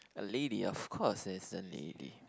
a lady of course there's a lady